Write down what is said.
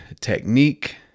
technique